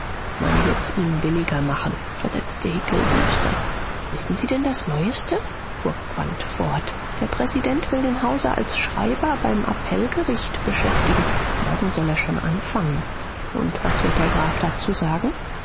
man wird's ihnen billiger machen versetzte hickel düster wissen sie denn das neueste fuhr quandt fort der präsident will den hauser als schreiber beim appellgericht beschäftigen morgen soll er schon anfangen und was wird der graf dazu sagen